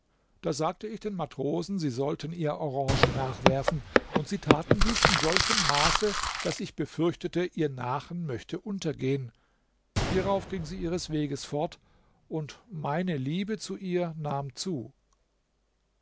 da sagte ich den matrosen sie sollten ihr orangen nachwerfen und sie taten dies in solchem maße daß ich befürchtete ihr nachen möchte untergehen hierauf ging sie ihres weges fort und meine liebe zu ihr nahm zu